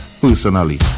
personally